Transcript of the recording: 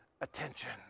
attention